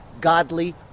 godly